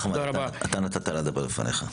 אחמד, אתה נתת לה לדבר לפניך.